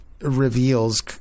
reveals